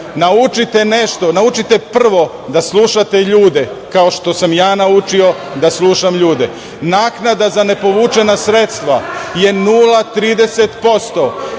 Naučite nešto. Naučite prvo da slušate ljude kao što sam ja naučio da slušam ljude. Naknada za nepovučena sredstva je 0,30%